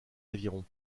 aviron